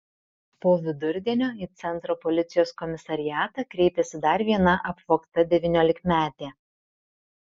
po vidurdienio į centro policijos komisariatą kreipėsi dar viena apvogta devyniolikmetė